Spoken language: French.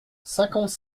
cinquante